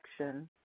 action